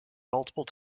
multiple